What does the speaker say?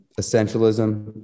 Essentialism